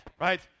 right